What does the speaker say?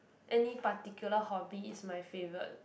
any particular hobby is my favourite